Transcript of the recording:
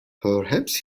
perhaps